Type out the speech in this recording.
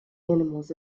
animals